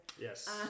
Yes